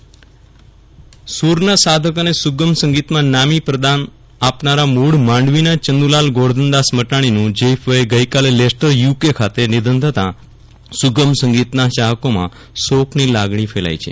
વિરલ રાણા નિધન સૂરના સાધક અને સુગમ સંગીતમાં નામી પ્રદાન આપનારા મૂળ માંડવીના ચંદ્રલાલ ગોરધનદાસ મરાણીનું જૈફ વયે ગઈકાલે લેસ્ટર યુકે ખાતે નિધન થતા સુગમ સંગીતના ચાહકોમાં શોકની લાગણી ફેલાઈ છે